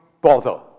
bother